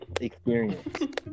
experience